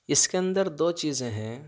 اس کے اندر دو چیزیں ہیں